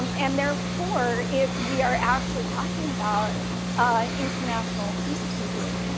and therefore, if we are actually talking about ah international peacekeeping,